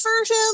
version